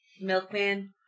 Milkman